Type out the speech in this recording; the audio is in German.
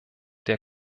der